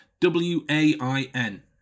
W-A-I-N